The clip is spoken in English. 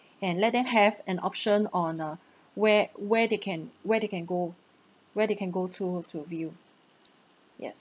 and let them have an option on uh where where they can where they can go where they can go through uh to view yes